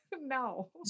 No